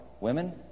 Women